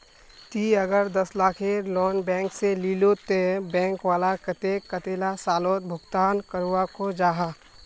ती अगर दस लाखेर लोन बैंक से लिलो ते बैंक वाला कतेक कतेला सालोत भुगतान करवा को जाहा?